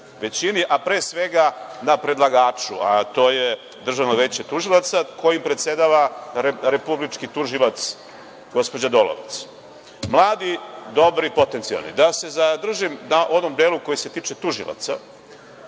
većini, a pre svega na predlagaču, a to je Državno veće tužilaca kojim predsedava republički tužilac gospođa Dolovac. Mladi, dobri i potencijalni. Da se zadržim na onom delu koji se tiče tužilaca,